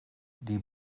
die